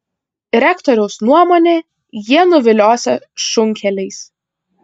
rektoriaus nuomone jie nuviliosią šunkeliais